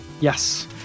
Yes